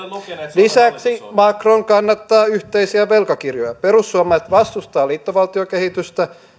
lisäksi macron kannattaa yhteisiä velkakirjoja perussuomalaiset vastustavat liittovaltiokehitystä